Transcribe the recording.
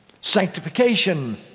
sanctification